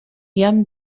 jam